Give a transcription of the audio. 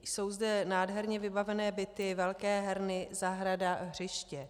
Jsou zde nádherně vybavené byty, velké herny, zahrada, hřiště.